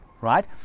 right